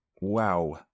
Wow